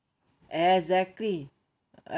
exactly